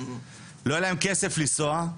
לא היה להם כסף לנסוע,